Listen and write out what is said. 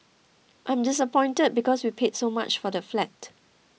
I'm disappointed because we paid so much for the flat